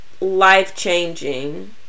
life-changing